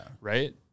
Right